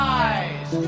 eyes